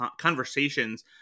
conversations